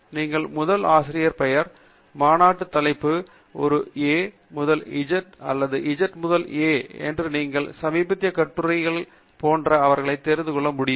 நீங்கள் முதல் ஆசிரியர் பெயர் மாநாடு தலைப்பு ஒரு A முதல் Z அல்லது Z முதல் A மற்றும் நீங்கள் சமீபத்தில் கட்டுரை கட்டுரைகள் போன்ற அவர்களை தெரிந்து கொள்ள முடியும்